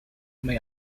may